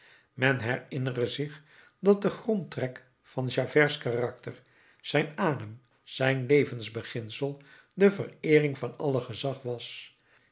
men herinnere zich dat de grondtrek van javert's karakter zijn adem zijn levensbeginsel de vereering van alle gezag was